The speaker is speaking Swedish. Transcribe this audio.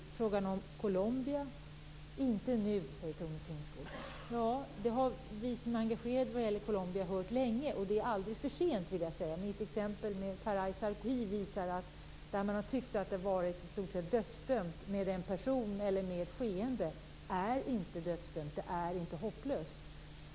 I fråga om Colombia säger Tone Tingsgård "inte nu". Vi som är engagerade vad gäller Colombia har hört det länge. Det är aldrig för sent. Mitt exempel med Faraj Sarkoohi visar att där man har tyckt att det har i stort sett varit dödsdömt med en person eller ett skeende är det inte dödsdömt, inte hopplöst.